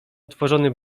otworzony